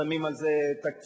שמים על זה תקציבים,